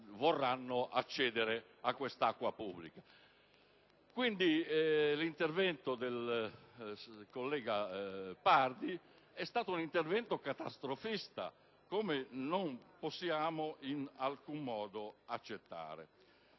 Quindi l'intervento del collega Pardi è stato catastrofista, e non possiamo in alcun modo accettarlo;